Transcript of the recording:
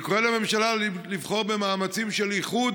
אני קורא לממשלה לבחור במאמצים של איחוד